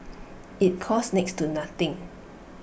IT costs next to nothing